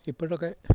ഇപ്പോഴൊക്കെ